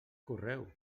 correu